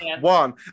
one